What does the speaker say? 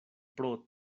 pro